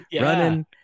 running